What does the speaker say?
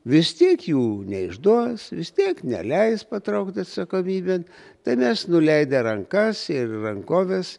vis tiek jų neišduos vis tiek neleis patraukt atsakomybėn tai mes nuleidę rankas ir rankoves